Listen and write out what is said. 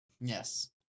Yes